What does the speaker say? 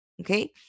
Okay